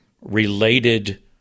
related